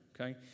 okay